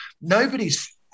nobody's